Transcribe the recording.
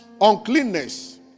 uncleanness